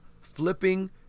Flipping